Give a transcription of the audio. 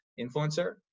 influencer